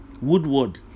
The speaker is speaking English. woodward